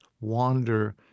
wander